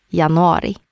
januari